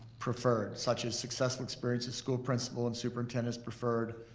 preferred such as successful experiences, school principal and superintendents preferred,